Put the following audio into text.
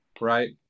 right